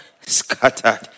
scattered